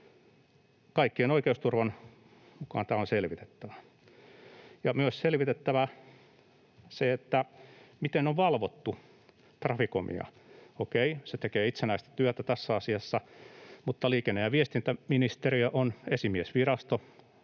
Kaikkien oikeusturvan kannalta tämä on selvitettävä, ja on myös selvitettävä se, miten on valvottu Traficomia. Okei, se tekee itsenäistä työtä tässä asiassa, mutta liikenne- ja viestintäministeriö on esimiesvirasto.